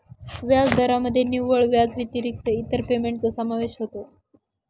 व्याजदरामध्ये निव्वळ व्याजाव्यतिरिक्त इतर पेमेंटचा समावेश होतो